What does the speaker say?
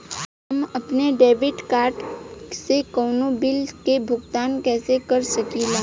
हम अपने debit card से कउनो बिल के भुगतान कइसे कर सकीला?